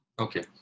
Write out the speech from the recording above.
Okay